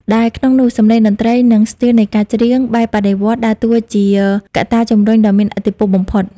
ដែលក្នុងនោះ សម្លេងតន្ត្រី និង ស្ទីលនៃការច្រៀង បែបបដិវត្តន៍ដើរតួជាកត្តាជម្រុញដ៏មានឥទ្ធិពលបំផុត។